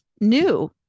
new